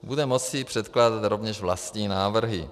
Bude moci předkládat rovněž vlastní návrhy.